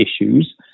issues